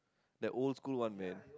that old school one man